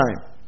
time